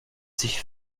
sich